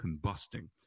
combusting